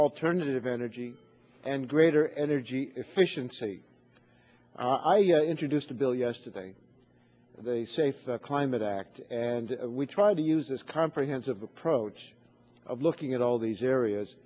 alternative energy and greater energy efficiency i introduced a bill yesterday of a safe climate act and we tried to use this comprehensive approach of looking at all these areas